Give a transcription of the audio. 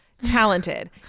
talented